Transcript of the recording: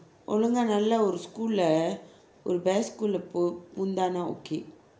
ஒழுங்கா நல்ல ஒரு:olunga nalla oru school ஒரு:oru best school பூந்தானா:poonthana okay